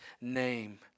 name